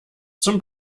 zum